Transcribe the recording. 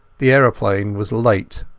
the aeroplane was late.